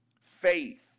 Faith